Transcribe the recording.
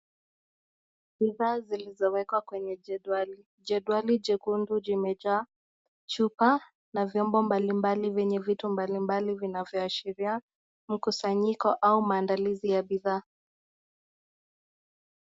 Bidhaa zilizowekwa kwenye jedwali, jedwali jekundu limejaa chupa na vyombo mbalimbali vyenye vitu mbalimbali vinavyo ashiria mkusanyiko au maandalizi ya bidhaa.